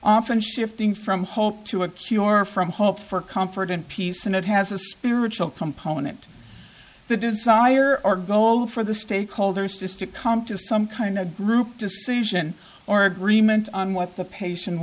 often shifting from hope to a cure or from hope for comfort and peace and it has a spiritual component the desire or goal for the stakeholders to stick come to some kind of group decision or agreement on what the patient